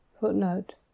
Footnote